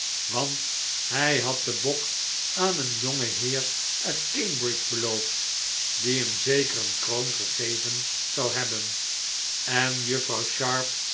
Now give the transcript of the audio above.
want hij had den bok aan een jongeheer uit cambridge beloofd die hem zeker een kroon gegeven zou hebben en juffrouw sharp